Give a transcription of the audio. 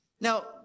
Now